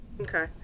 Okay